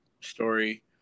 story